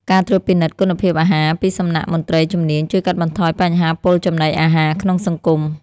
ការត្រួតពិនិត្យគុណភាពអាហារពីសំណាក់មន្ត្រីជំនាញជួយកាត់បន្ថយបញ្ហាពុលចំណីអាហារក្នុងសង្គម។